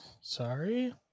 Sorry